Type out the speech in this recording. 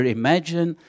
imagine